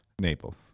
Naples